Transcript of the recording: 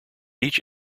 each